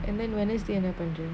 and then wednesday என்ன பன்ர:enna panra